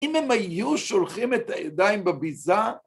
‫אם הם היו שולחים את הידיים בביזה...